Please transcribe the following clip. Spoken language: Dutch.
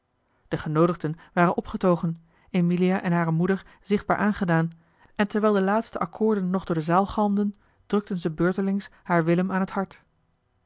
de genoodigden waren opgetogen emilia en hare moeder zichtbaar aangedaan en terwijl de laatste akkoorden nog door de zaal galmden drukten ze beurtelings haar willem aan het hart